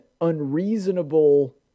unreasonable